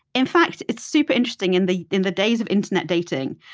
in fact, it's super interesting. in the in the days of internet dating,